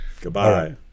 Goodbye